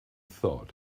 thought